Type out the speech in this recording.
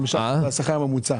השכר הממוצע.